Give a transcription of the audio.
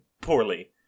poorly